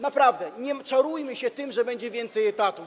Naprawdę, nie czarujmy się, że będzie więcej etatów.